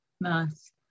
nice